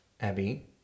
Abby